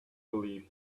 believe